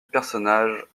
personnages